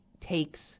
takes